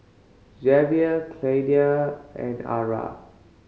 Xavier Claydia and Arah